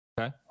Okay